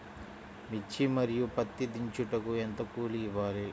మిర్చి మరియు పత్తి దించుటకు ఎంత కూలి ఇవ్వాలి?